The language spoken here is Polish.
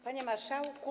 Panie Marszałku!